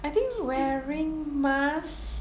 I think wearing masks